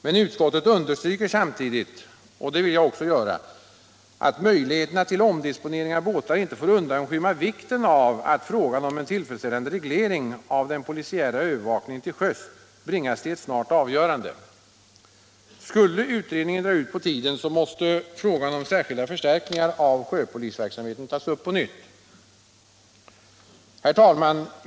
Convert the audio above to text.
Men utskottet understryker samtidigt — och det vill också jag göra — att möjligheterna till omdisponering av båtar inte får undanskymma vikten av att frågan om en tillfredsställande reglering av den polisiära övervakningen till sjöss bringas till ett snabbt avgörande. Skulle utredningen dra ut på tiden, måste frågan om särskilda förstärkningar av sjöpolisverksamheten tas upp på nytt. Herr talman!